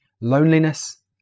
loneliness